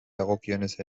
dagokienez